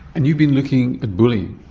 and you've been looking at bullying.